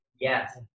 Yes